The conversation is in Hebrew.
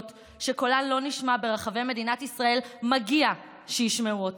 שקולן לא נשמע ברחבי מדינת ישראל מגיע שישמעו אותן.